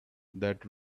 that